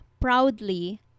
proudly